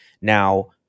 Now